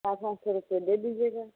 चार पाँच सौ रुपये दे दीजिएगा